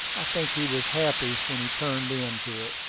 think he was happy when he turned into it.